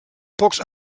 pocs